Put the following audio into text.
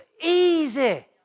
easy